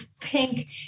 pink